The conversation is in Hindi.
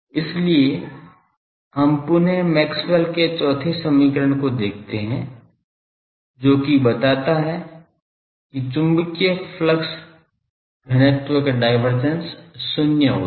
इसलिए हम पुनः मैक्सवेल के चौथे समीकरण को देखते हैं जो कि बताता है कि चुंबकीय फलक्स घनत्व का डायवर्जेंस शून्य होता है